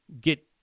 get